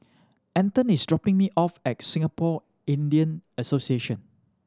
Anton is dropping me off at Singapore Indian Association